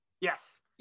Yes